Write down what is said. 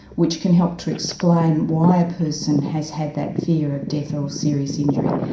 which can help to explain why a person has had that fear of death or serious injury,